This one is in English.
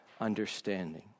understanding